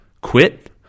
quit